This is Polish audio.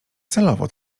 celowo